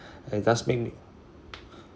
and does make me